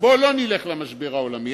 בואו לא נלך למשבר העולמי,